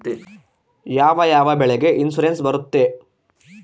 ಯಾವ ಯಾವ ಬೆಳೆಗೆ ಇನ್ಸುರೆನ್ಸ್ ಬರುತ್ತೆ?